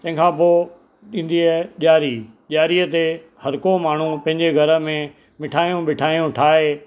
तंहिंखां पोइ ईंदी आहे ॾियारी ॾियारीअ ते हरको माण्हू पंहिंजे घर में मिठायूं विठायूं ठाहे